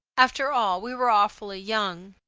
after all, we were awfully young.